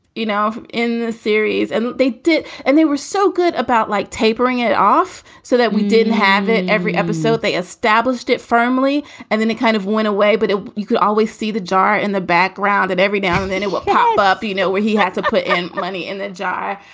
you know, in the series. and they did. and they were so good about like tapering it off so that we didn't have it every episode they established it firmly and then it kind of went away. but you could always see the jar in the background and every now and then it would pop up, you know, where he had to put money in the jar.